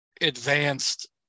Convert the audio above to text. advanced